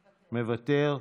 מוותר,